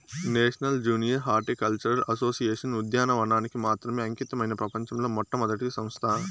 national junior horticultural association ఉద్యానవనానికి మాత్రమే అంకితమైన ప్రపంచంలో మొట్టమొదటి సంస్థ